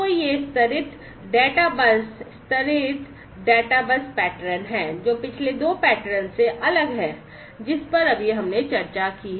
तो यह स्तरित डेटा बस स्तरित डेटा बस पैटर्न है जो पिछले दो पैटर्न से अलग है जिस पर हमने अभी चर्चा की है